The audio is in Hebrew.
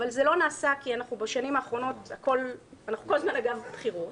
אבל זה לא נעשה כי בשנים האחרונות אנחנו כל הזמן אגב בבחירות.